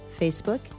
Facebook